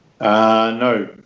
No